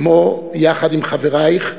יחד עם חברייך,